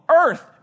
earth